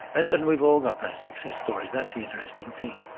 and and we've all got those success stories, that's the interesting thing.